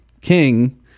king